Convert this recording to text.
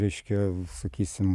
reiškia sakysim